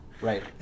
Right